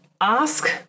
Ask